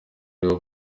nibo